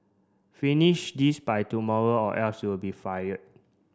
finish this by tomorrow or else you'll be fired